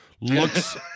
looks